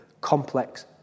complex